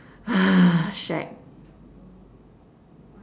shag